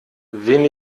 wen